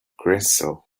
crystal